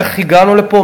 איך הגענו לפה,